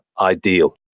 ideal